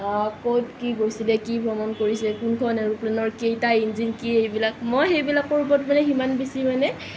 ক'ত কি গৈছিলে কি ভ্ৰমণ কৰিছিলে কোনখন এৰোপ্লেনৰ কেইটা ইঞ্জিন এইবিলাক মই সেইবিলাকৰ ওপৰত সিমান বেছি মানে